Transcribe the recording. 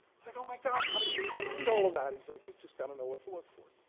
like, oh my god, how did you find all of that? he's like, you just got to know what to look for.